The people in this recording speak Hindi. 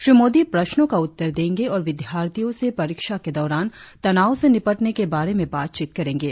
श्री मोदी प्रश्नों का उत्तर देंगे और विद्यार्थीयों से परीक्षा के दौरान तनाव से निपटने के बारे में बातचीत करेंगे